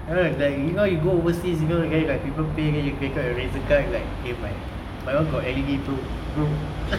ya like you know you go overseas you know and then like people pay then you take out the Razer card then you like eh my [one] got L_E_D bro bro